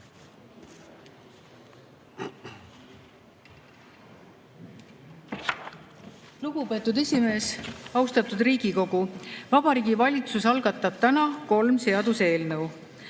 Lugupeetud esimees! Austatud Riigikogu! Vabariigi Valitsus algatab täna kolm seaduseelnõu.